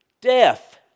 death